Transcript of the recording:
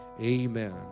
Amen